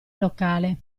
locale